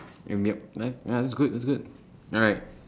mm yup ya that's good that's good alright